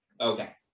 okay